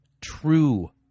true